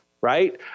right